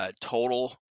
total